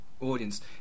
audience